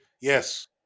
Yes